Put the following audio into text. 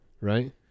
right